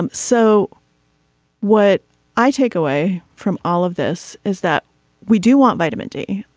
um so what i take away from all of this is that we do want vitamin d.